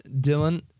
Dylan